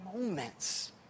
moments